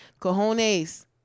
cojones